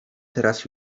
teraz